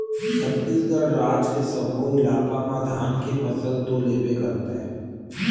छत्तीसगढ़ राज के सब्बो इलाका म धान के फसल तो लेबे करथे